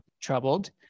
troubled